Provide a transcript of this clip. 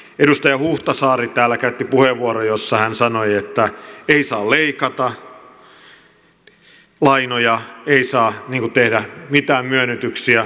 edustaja huhtasaari täällä käytti puheenvuoron jossa hän sanoi että ei saa leikata lainoja ei saa tehdä mitään myönnytyksiä